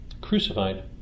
Crucified